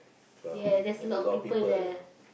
yeah there's a lot of people there